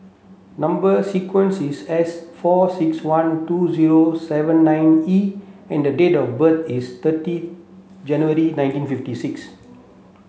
number sequence is S four six one two zero seven nine E and the date of birth is thirty January nineteen fifty six